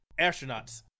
Astronauts